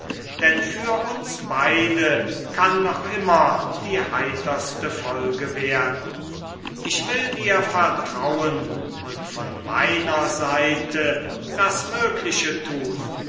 denn für uns beide kann noch immer die heiterste folge werden ich will dir vertrauen und von meiner seite das mögliche tun